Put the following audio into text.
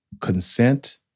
Consent